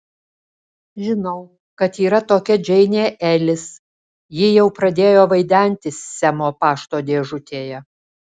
žinau kad yra tokia džeinė elis ji jau pradėjo vaidentis semo pašto dėžutėje